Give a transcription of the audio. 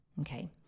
Okay